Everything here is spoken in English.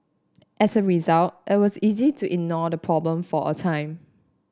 as a result it was easy to ignore the problem for a time